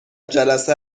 جلسه